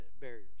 barriers